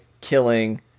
killing